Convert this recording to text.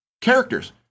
characters